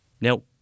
Now